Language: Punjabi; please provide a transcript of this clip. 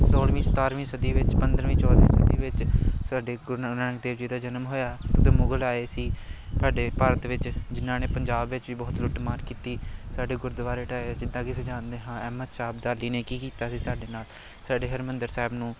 ਸੌਲਵੀਂ ਸਤਾਰਵੀਂ ਸਦੀ ਵਿੱਚ ਪੰਦਰਵੀਂ ਚੌਦਵੀਂ ਸਦੀ ਵਿੱਚ ਸਾਡੇ ਗੁਰੂ ਨਾਨਕ ਦੇਵ ਜੀ ਦਾ ਜਨਮ ਹੋਇਆ ਉਦੋਂ ਮੁਗਲ ਆਏ ਸੀ ਸਾਡੇ ਭਾਰਤ ਵਿੱਚ ਜਿਨ੍ਹਾਂ ਨੇ ਪੰਜਾਬ ਵਿੱਚ ਵੀ ਬਹੁਤ ਲੁੱਟਮਾਰ ਕੀਤੀ ਸਾਡੇ ਗੁਰਦੁਆਰੇ ਢਾਹੇ ਜਿੱਦਾਂ ਕਿ ਅਸੀਂ ਜਾਣਦੇ ਹਾਂ ਅਹਿਮਦ ਸ਼ਾਹ ਅਬਦਾਲੀ ਨੇ ਕੀ ਕੀਤਾ ਸੀ ਸਾਡੇ ਨਾਲ ਸਾਡੇ ਹਰਿਮੰਦਰ ਸਾਹਿਬ ਨੂੰ